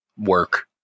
work